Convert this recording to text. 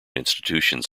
institutions